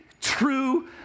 true